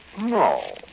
No